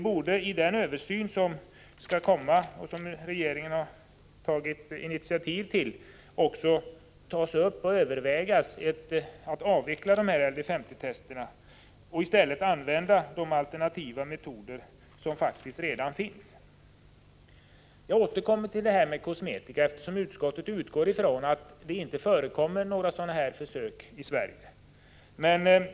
I den översyn som regeringen har tagit initiativ till bör man överväga att avveckla LD 50 testerna och i stället använda de alternativa metoder som faktiskt redan finns. Jag återkommer till testandet av kosmetika, eftersom utskottet utgår från att det i Sverige inte förekommer djurförsök vid framställning av kosmetika.